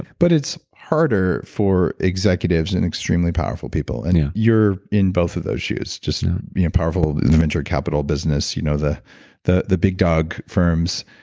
but it's harder for executives and extremely powerful people and, yeah you're in both of those shoes just being powerful in the venture capital business you know the the big dog firms,